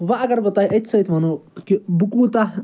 وۄنۍ اگر بہٕ تۄہہِ أتھۍ سۭتۍ ونو کہِ بہٕ کوٗتاہ